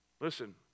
Listen